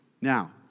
Now